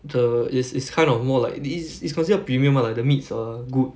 the is is kind of more lik eit~ it's considered premium ah like the meat is err good